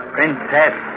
Princess